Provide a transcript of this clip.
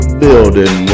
building